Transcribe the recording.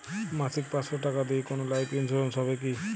মাসিক পাঁচশো টাকা দিয়ে কোনো লাইফ ইন্সুরেন্স হবে কি?